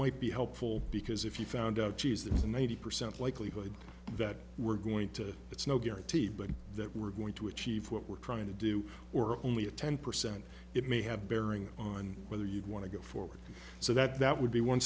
might be helpful because if you found out geez that is a ninety percent likelihood that we're going to it's no guarantee but that we're going to achieve what we're trying to do or only a ten percent it may have bearing on whether you'd want to go forward so that that would be one